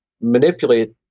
manipulate